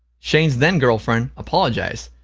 shane's then-girlfriend, apologized.